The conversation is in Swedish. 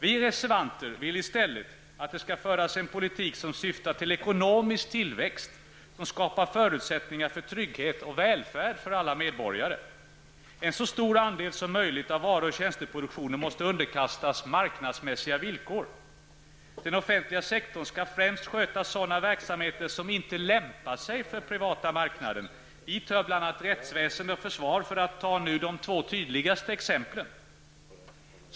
Vi reservanter vill i stället att det skall föras en politik som syftar till ekonomisk tillväxt och som skapar förutsättningar för trygghet och välfärd åt alla medborgare. En så stor andel som möjligt av varu och tjänsteproduktionen måste underkastas marknadsmässiga villkor. Den offentliga sektorn skall främst sköta sådana verksamheter som inte lämpar sig för den privata marknaden. Dit hör bl.a. rättsväsende och försvar, för att nu ta de två tydligaste exemplen.